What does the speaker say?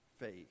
faith